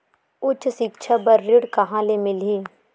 उच्च सिक्छा बर ऋण कहां ले मिलही?